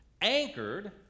anchored